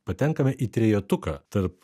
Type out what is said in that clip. patenkame į trejetuką tarp